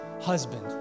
husband